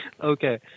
Okay